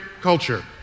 culture